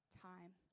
time